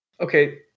Okay